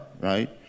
right